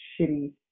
shitty